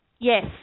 yes